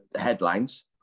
headlines